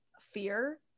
fear